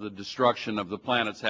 the destruction of the planet